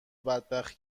بدبخت